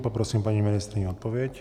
Poprosím paní ministryni o odpověď.